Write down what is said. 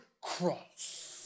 cross